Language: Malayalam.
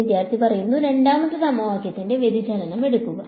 വിദ്യാർത്ഥി രണ്ടാമത്തെ സമവാക്യത്തിന്റെ വ്യതിചലനം എടുക്കുക